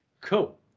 cool